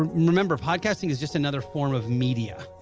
remember podcasting is just another form of media